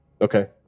Okay